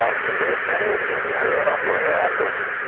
ah severe pain in her upper abdomen.